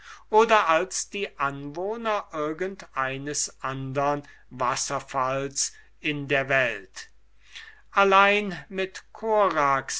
oder als die anwohner irgend eines andern wasserfalls in der welt allein mit